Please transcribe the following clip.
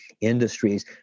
industries